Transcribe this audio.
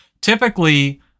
typically